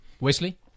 Wesley